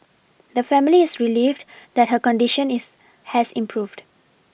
the family is relieved that her condition is has improved